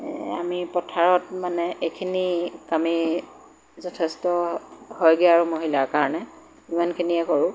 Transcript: আমি পথাৰত মানে এইখিনি কামেই যথেষ্ট হয়গৈ আৰু মহিলাৰ কাৰণে ইমানখিনিয়ে কৰোঁ